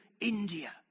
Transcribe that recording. India